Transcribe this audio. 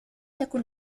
تكن